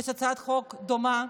יש הצעת חוק דומה,